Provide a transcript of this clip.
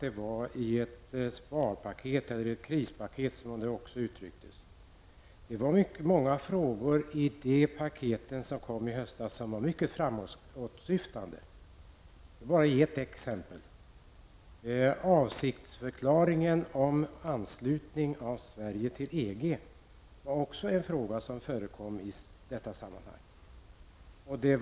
Det är kanske litet förenklat och schematiskt att säga så. Många frågor i det paket som kom i höstas var mycket framåtsyftande. Jag skall bara ge ett exempel. Avsiktsförklaringen om anslutning av Sverige till EG var en fråga som togs upp i det sammanhanget.